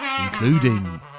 including